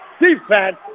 defense